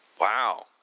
Wow